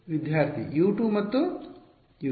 ವಿದ್ಯಾರ್ಥಿ U 2 ಮತ್ತು U 3